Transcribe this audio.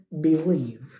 believed